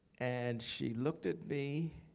and she looked at me